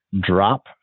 drop